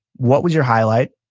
what was your highlight?